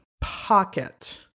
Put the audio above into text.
pocket